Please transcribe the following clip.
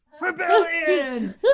rebellion